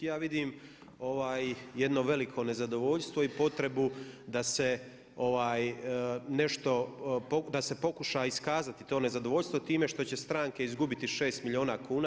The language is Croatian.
Ja vidim jedno veliko nezadovoljstvo i potrebu da se nešto, da se pokuša iskazati to nezadovoljstvo time što će stranke izgubiti 6 milijuna kuna.